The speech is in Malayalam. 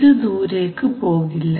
ഇത് ദൂരേക്ക് പോകില്ല